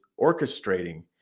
orchestrating